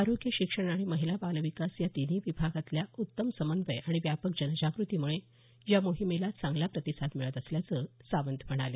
आरोग्य शिक्षण आणि महिला बाल विकास या तिन्ही विभागातला उत्तम समन्वय आणि व्यापक जनजाग्रतीमुळे या मोहिमेला चांगला प्रतिसाद मिळत असल्याचं सावंत म्हणाले